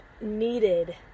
needed